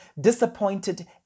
disappointed